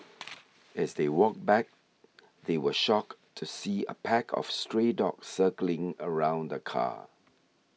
as they walked back they were shocked to see a pack of stray dogs circling around the car